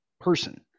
person